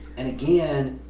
and again,